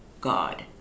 God